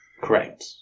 Correct